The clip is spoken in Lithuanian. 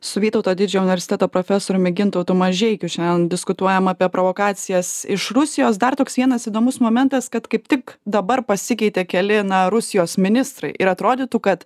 su vytauto didžiojo universiteto profesoriumi gintautu mažeikiu šiandien diskutuojam apie provokacijas iš rusijos dar toks vienas įdomus momentas kad kaip tik dabar pasikeitė keli na rusijos ministrai ir atrodytų kad